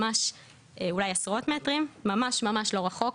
ממש אולי עשרות מטרים ממש לא רחוק.